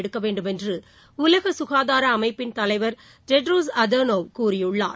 எடுக்க வேண்டுமென்று உலக சுகாதார அமைப்பின் தலைவர் டெட்ரோஸ் அதனோவ் கூறியுள்ளார்